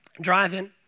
Driving